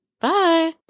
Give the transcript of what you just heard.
Bye